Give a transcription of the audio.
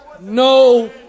no